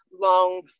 long